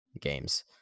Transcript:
games